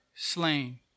slain